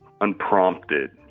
Unprompted